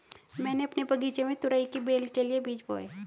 मैंने अपने बगीचे में तुरई की बेल के लिए बीज बोए